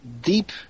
deep